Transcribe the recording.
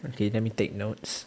okay let me take notes